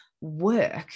work